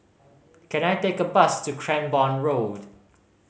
can I take a bus to Cranborne Road